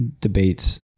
debates